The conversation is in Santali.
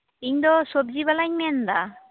ᱤᱧ ᱫᱚ ᱥᱚᱵᱡᱤ ᱵᱟᱞᱟᱧ ᱢᱮᱱ ᱮᱫᱟ